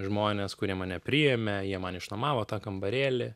žmonės kurie mane priėmė jie man išnuomavo tą kambarėlį